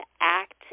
act